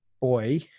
boy